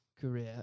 career